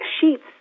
sheets